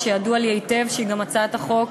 אף שהיא נראית מסובכת,